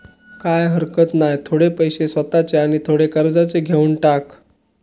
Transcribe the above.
काय हरकत नाय, थोडे पैशे स्वतःचे आणि थोडे कर्जाचे घेवन टाक